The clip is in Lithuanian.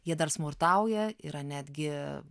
jie dar smurtauja yra netgi